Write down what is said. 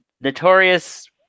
Notorious